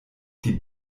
die